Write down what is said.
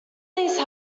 these